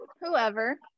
Whoever